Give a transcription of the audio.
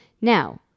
Now